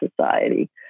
society